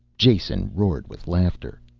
jason roared with laughter.